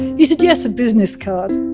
he said, yes, a business card.